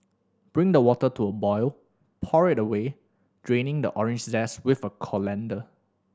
bring the water to a boil and pour it away draining the orange zest with a colander